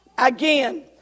Again